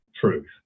truth